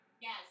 Yes